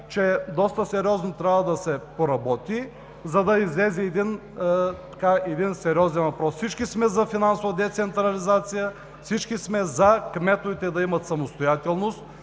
че доста сериозно трябва да се поработи, за да излезе един сериозен въпрос. Всички сме за финансова децентрализация. Всички сме за това кметовете да имат самостоятелност,